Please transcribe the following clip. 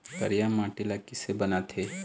करिया माटी ला किसे बनाथे?